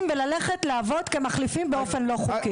וללכת לעבוד כמחליפים באופן לא חוקי.